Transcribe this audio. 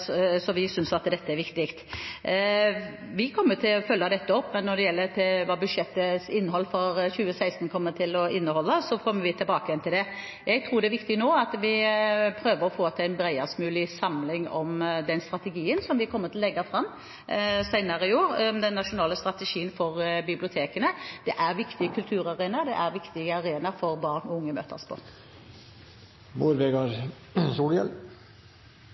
så vi synes at dette er viktig. Vi kommer til å følge dette opp, men når det gjelder hva budsjettet for 2016 kommer til å inneholde, kommer vi tilbake til det. Jeg tror det er viktig nå at vi prøver å få til en bredest mulig samling om den nasjonale strategien for bibliotekene som vi kommer til å legge fram senere i år. Det er en viktig kulturarena, og det er en viktig arena for barn og unge å møtes